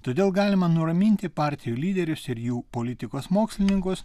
todėl galima nuraminti partijų lyderius ir jų politikos mokslininkus